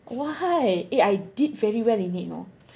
why eh I did very well in it you know